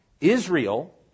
Israel